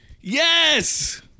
Yes